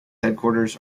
headquarters